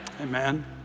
Amen